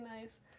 nice